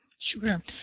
Sure